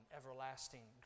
everlasting